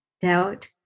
Doubt